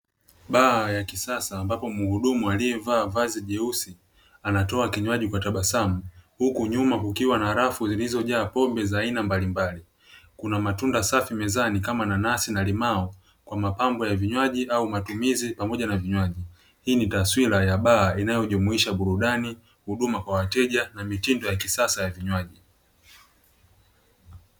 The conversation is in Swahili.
Baa ya kisasa ambapo mhudumu aliye vaa vazi jeusi anatoa kinywaji kwa tabasamu huku nyuma kukiwa na rafu zilizojaa pombe za aina mbalimbali, kuna matunda safi mezani kama, nanasi na limao kwa mapambo ya vinywaji au matumizi pamoja na vinywaji, hii ni taswira ya baa inayojumuisha burudani, huduma kwa wateja na mitindo ya kisasa ya vinywaji.